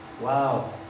Wow